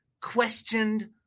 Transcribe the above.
questioned